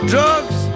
Drugs